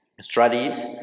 strategies